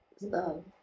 love